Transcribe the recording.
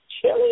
chili